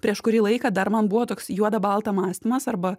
prieš kurį laiką dar man buvo toks juoda balta mąstymas arba